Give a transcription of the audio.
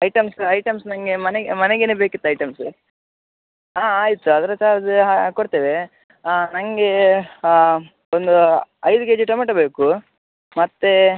items items ನನಗೆ ಮನೆಗೆ ಮನೆಗೇ ಬೇಕಿತ್ತು ಐಟಮ್ಸ ಹಾಂ ಆಯ್ತು ಅದರ ಚಾರ್ಜ್ ಕೊಡ್ತೇವೆ ಹಾಂ ನನಗೆ ಹಾಂ ಒಂದು ಐದು ಕೆಜಿ ಟೊಮೆಟೊ ಬೇಕು ಮತ್ತೆ